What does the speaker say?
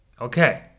Okay